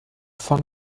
von